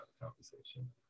conversation